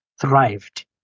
thrived